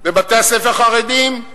לבתי-הספר החרדיים?